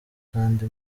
kandi